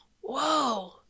whoa